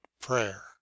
prayer